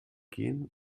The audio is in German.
gehen